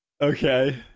Okay